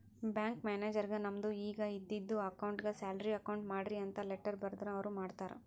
bank ಮ್ಯಾನೇಜರ್ಗ್ ನಮ್ದು ಈಗ ಇದ್ದಿದು ಅಕೌಂಟ್ಗ್ ಸ್ಯಾಲರಿ ಅಕೌಂಟ್ ಮಾಡ್ರಿ ಅಂತ್ ಲೆಟ್ಟರ್ ಬರ್ದುರ್ ಅವ್ರ ಮಾಡ್ತಾರ್